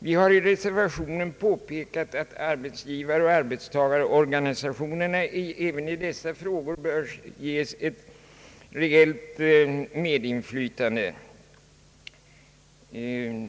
Vi har i reservationen påpekat att arbetsgivaroch arbetstagarorganisationerna bör få ett reellt medinflytande även i dessa frågor.